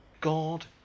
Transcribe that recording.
God